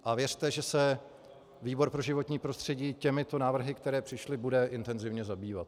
A věřte, že se výbor pro životní prostředí těmito návrhy, které přišly, bude intenzivně zabývat.